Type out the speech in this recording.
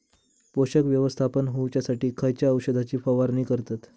पोषक व्यवस्थापन होऊच्यासाठी खयच्या औषधाची फवारणी करतत?